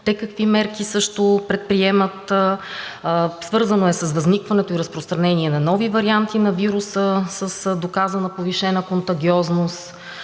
те какви мерки също предприемат, свързано е с възникването и разпространението на нови варианти на вируса с доказана повишена контагиозност,